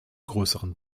größeren